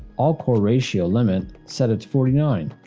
all-core ratio limit, set it to forty nine.